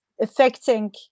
affecting